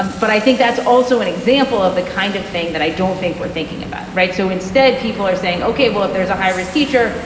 but i think that's also an example of the kind of thing that i don't think we're thinking about. right. so instead, people are saying, ok, well, if there's a high risk teacher,